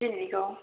दिनैनिखौ